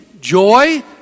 joy